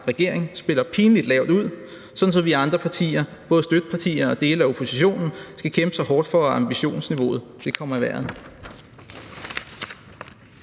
regering spiller pinligt lavt ud, sådan at andre partier, både støttepartier og dele af oppositionen, skal kæmpe så hårdt for, at ambitionsniveauet kommer i vejret.